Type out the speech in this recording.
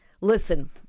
listen